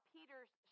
Peter's